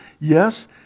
yes